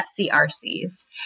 FCRCs